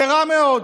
זה רע מאוד.